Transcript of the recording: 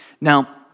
Now